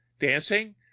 dancing